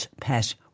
pet